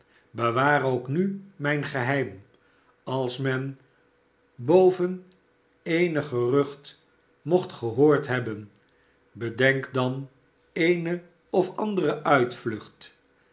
bewaar k nu mijn geheim als men boven eenig gerucht mocht gehoord hebben bedenk dan eene of andere uitvlucht